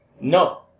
No